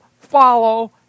follow